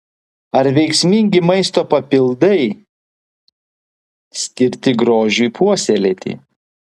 ar veiksmingi maisto papildai skirti grožiui puoselėti